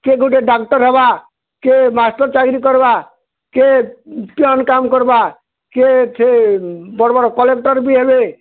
କିଏ ଗୁଟେ ଡ଼ାକ୍ଟର୍ ହେବା କିଏ ମାଷ୍ଟର୍ ଚାକିରି କର୍ବା କିଏ ପିଅନ୍ କାମ୍ କର୍ବା କିଏ ସେ ବଡ଼୍ ବଡ଼୍ କଲେକ୍ଟର୍ ବି ହେବେ